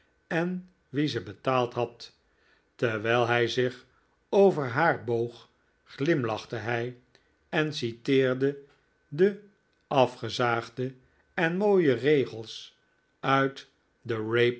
en wie ze betaald had terwijl hij zich over haar boog glimlachte hij en citeerde de afgezaagde en mooie regels uit de